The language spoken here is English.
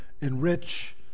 enrich